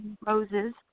Roses